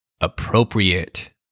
Appropriate